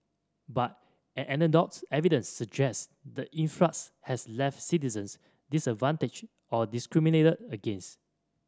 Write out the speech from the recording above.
but anecdotal evidence suggests the influx has left citizens disadvantaged or discriminated against